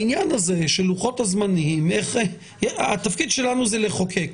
העניין הזה של לוחות הזמנים התפקיד שלנו זה לחוקק,